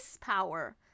power